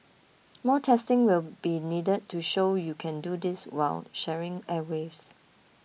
more testing will be needed to show you can do this while sharing airwaves